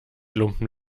lumpen